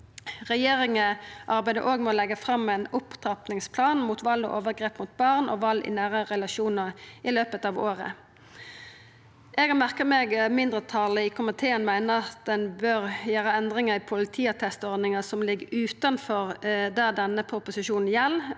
Regjeringa arbeider òg med å leggja fram ein opptrappingsplan mot vald og overgrep mot barn og vald i nære relasjonar i løpet av året. Eg har merka meg at mindretalet i komiteen meiner ein bør gjera endringar i politiattestordninga som ligg utanfor det denne proposisjonen gjeld.